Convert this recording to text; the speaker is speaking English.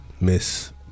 Miss